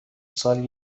سال